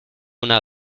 una